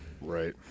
Right